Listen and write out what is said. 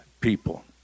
people